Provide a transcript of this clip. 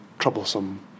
Troublesome